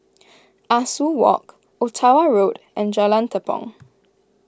Ah Soo Walk Ottawa Road and Jalan Tepong